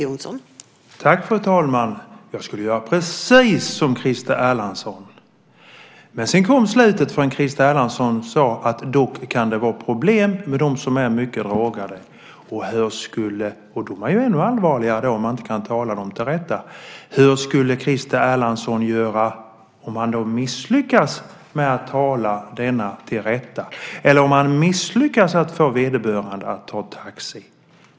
Fru talman! Jag skulle göra precis som Christer Erlandsson. Men sedan sade Christer Erlandsson att det dock kan vara problem med dem som är mycket drogade. Och då är det ännu allvarligare om man inte kan tala denna person till rätta. Hur skulle Christer Erlandsson göra om han misslyckas med att tala denna person till rätta, eller om han misslyckas med att få vederbörande att ta en taxi?